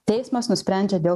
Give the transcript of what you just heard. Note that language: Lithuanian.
teismas nusprendžia dėl